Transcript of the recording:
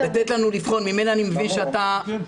במניין ימי תקופת הבידוד,